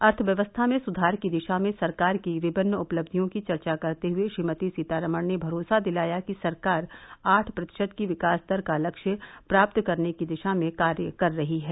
अर्थव्यवस्था में सुधार की दिशा में सरकार की विभिन्न उपलब्धियों की चर्चा करते हए श्रीमती सीतारामन ने भरोसा दिलाया कि सरकार आठ प्रतिशत की विकास दर का लक्ष्य प्राप्त करने की दिशा में कार्य कर रही है